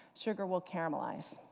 sugar will caramelize.